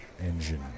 engine